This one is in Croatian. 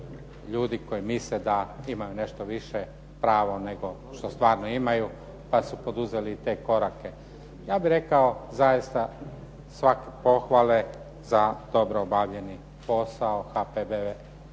koji misle da imaju nešto više pravo nego što stvarno imaju pa su poduzeli te korake. Ja bih rekao zaista svake pohvale za dobro obavljeni posao HPB